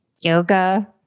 yoga